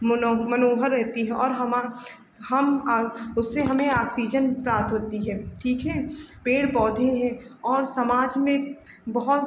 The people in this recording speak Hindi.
मनो मनोहर रहती है और हमा हम उससे हमें ऑक्सीजन प्राप्त होती है ठीक है पेड़ पौधे हैं और समाज में बहुत